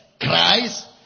Christ